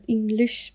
English